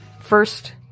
first